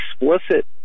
explicit